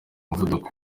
umuvuduko